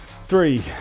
three